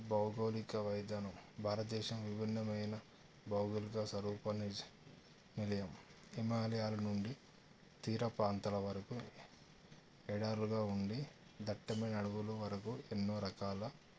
భౌగోళిక విధానం భారతదేశం విభిన్నమైన భౌగోళిక స్వరూప నిలయం హిమాలయాల నుండి తీరప్రాంతాల వరకు ఎడారులుగా ఉండి దట్టమైన అడవులు వరకు ఎన్నో రకాల